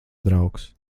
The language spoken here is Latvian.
draugs